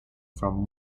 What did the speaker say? form